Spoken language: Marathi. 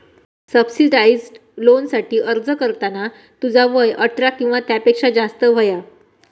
सब्सीडाइज्ड लोनसाठी अर्ज करताना तुझा वय अठरा किंवा त्यापेक्षा जास्त हव्या